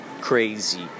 crazy